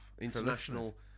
International